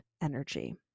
energy